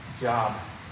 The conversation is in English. job